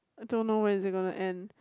I don't know when is it gonna end